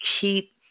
keep